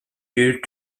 used